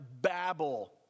babble